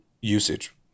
usage